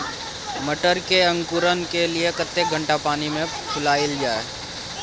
मटर के अंकुरण के लिए कतेक घंटा पानी मे फुलाईल जाय?